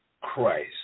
Christ